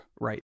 right